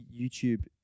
YouTube